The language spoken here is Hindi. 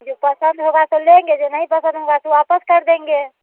जो पसंद होगा तो लेंगे जो नहीं पसंद होगा तो वापस कर देंगे